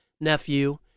nephew